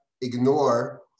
ignore